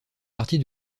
partie